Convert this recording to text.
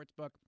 sportsbook